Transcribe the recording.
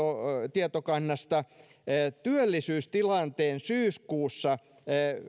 tietokannasta työllisyystilanteen syyskuussa